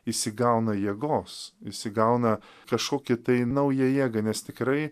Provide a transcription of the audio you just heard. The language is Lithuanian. jis įgauna jėgos jis įgauna kašokį tai nauja jėga nes tikrai